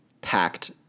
packed